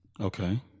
Okay